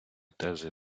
тези